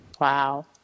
Wow